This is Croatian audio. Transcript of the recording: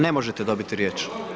Ne možete dobiti riječ.